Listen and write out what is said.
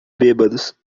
bêbados